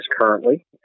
currently